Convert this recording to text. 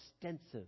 extensive